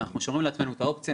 אנחנו שומרים לעצמנו את האופציה,